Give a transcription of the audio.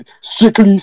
strictly